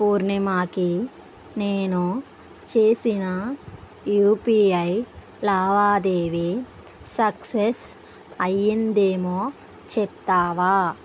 పూర్ణిమాకి నేను చేసిన యూపీఐ లావాదేవి సక్సెస్ అయ్యిందేమో చెప్తావా